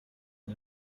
uyu